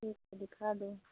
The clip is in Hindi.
ठीक है दिखा दो